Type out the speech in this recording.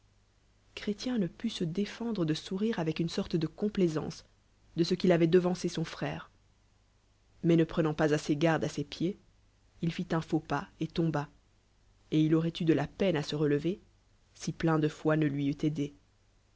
ne put se défendre de sourire avec une sorte de complaisance de ce qu'il avoit devancé son frère mais ne prenant pas assez garde à ses pieds il frt on fno pas et tomhà et il auroit eu de la peine à se relever si plein de foi nc lui e